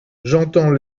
j’entends